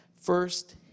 first